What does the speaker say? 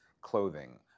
clothing